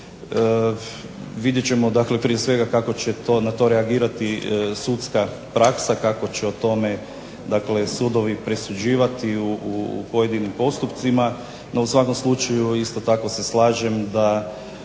Vidjet ćemo prije svega kako će na to reagirati sudska praksa, kako će o tome sudovi presuđivati u pojedinim postupcima. No u svakom slučaju isto tako se slažem da